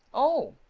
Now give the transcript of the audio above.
oh,